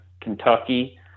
Kentucky